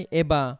eba